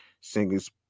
singer's